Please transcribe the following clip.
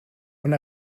und